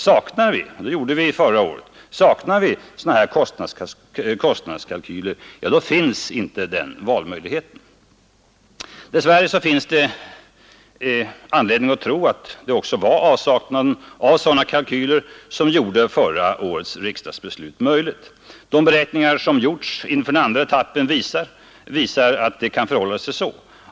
Saknar vi — och det gjorde vi förra året — sådana här kostnadskalkyler, då finns inte den valmöjligheten. Dess värre finns det anledning att tro att det var avsaknaden av sådana kalkyler som gjorde förra årets beslut möjligt. De beräkningar som gjorts inför andra etappen visar att det kan förhålla sig så.